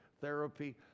therapy